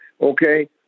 okay